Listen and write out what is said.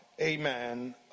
amen